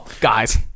guys